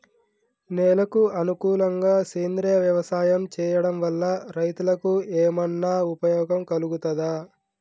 నేలకు అనుకూలంగా సేంద్రీయ వ్యవసాయం చేయడం వల్ల రైతులకు ఏమన్నా ఉపయోగం కలుగుతదా?